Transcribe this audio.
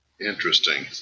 interesting